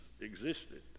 existed